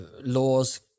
laws